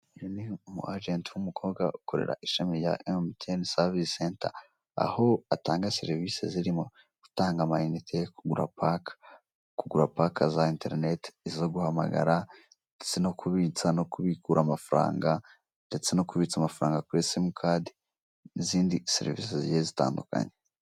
Uyu ni umu ajeti w'umukobwa ukorera ishami rya mtn senta, aho atanga serivise zimo gutanga amayinite, kugira paka, kugura paka za enterinete, izo guhamagara ndetse no kubitsa no kubikura amafaranaga, ndetse no kubitsa amafaranga kuri simukadi n'izindi serivise zigiye zitandukanye.